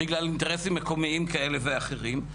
בגלל אינטרסים מקומיים כאלה ואחרים.